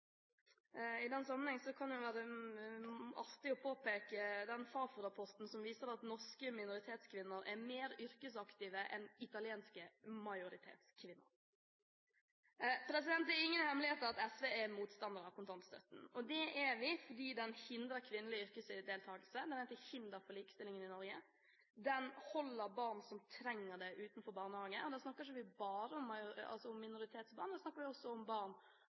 I den sammenheng kan det være artig å peke på den Fafo-rapporten som viser at norske minoritetskvinner er mer yrkesaktive enn italienske majoritetskvinner. Det er ingen hemmelighet at SV er motstander av kontantstøtten. Det er vi fordi den hindrer kvinnelig yrkesdeltakelse, den er til hinder for likestillingen i Norge, den holder barn som trenger det utenfor barnehage – og da snakker vi ikke bare om minoritetsbarn, da snakker vi også om barn